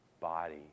body